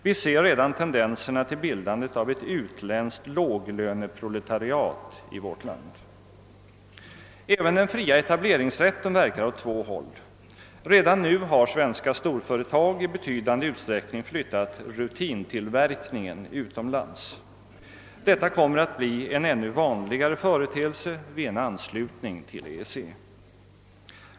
Vi ser redan tendenserna till bildande av ett utländskt låglöneproletariat i vårt land. Även den fria etableringsrätten verkar åt två håll. Redan nu har svenska storföretag i betydande utsträckning flyttat rutintillverkningen utomlands. Detta kommer att bli en ännu vanligare företeelse vid en anslutning till EEC.